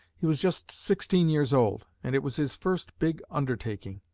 he was just sixteen years old, and it was his first big undertaking.